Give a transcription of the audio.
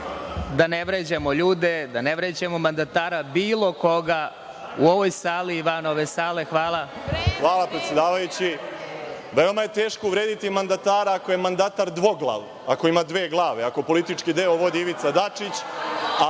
da ne vređamo ljude, da ne vređamo mandatare, bilo koga u ovoj sali i van ove sale. Hvala. **Boško Obradović** Hvala, predsedavajući. Veoma je teško uvrediti mandatara ako je mandatar dvoglav, ako ima dve glave, ako politički deo vodi Ivica Dačić